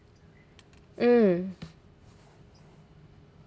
mm